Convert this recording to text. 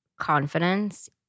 confidence